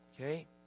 okay